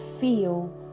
feel